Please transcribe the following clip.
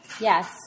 yes